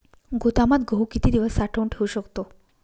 गोदामात गहू किती दिवस साठवून ठेवू शकतो?